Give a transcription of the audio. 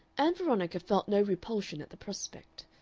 ann veronica felt no repulsion at the prospect.